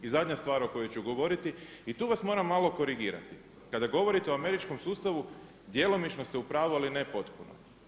I zadnja stvar o kojoj ću govoriti i tu vas moram malo korigirati kada govorite o američkom sustavu djelomično ste u pravu, ali ne potpuno.